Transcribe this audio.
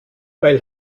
weil